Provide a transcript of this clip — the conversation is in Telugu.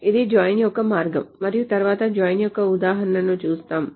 ఇది జాయిన్ యొక్క మార్గం మరియు తరువాత జాయిన్ యొక్క ఉదాహరణను చూస్తాము